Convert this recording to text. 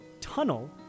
tunnel